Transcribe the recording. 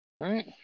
Right